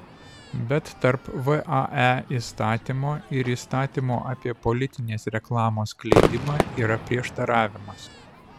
bet tarp vae įstatymo ir įstatymo apie politinės reklamos skleidimą yra prieštaravimas